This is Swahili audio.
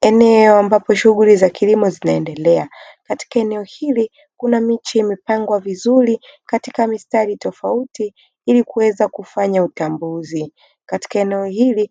Eneo ambapo shughuli za kilimo zinaendelea. Katika eneo hili kuna miche imepangwa vizuri katika mistari tofauti ili kuweza kufanya utambuzi. Katika eneo hili